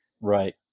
right